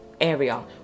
area